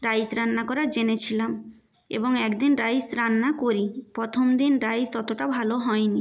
rice রান্না করা জেনেছিলাম এবং এক দিন রাইস রান্না করি প্রথম দিন রাইস অতটা ভালো হয়নি